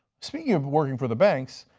speaking of working for the banks.